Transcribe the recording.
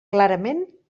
clarament